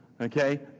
Okay